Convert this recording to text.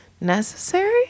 necessary